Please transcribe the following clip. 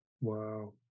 wow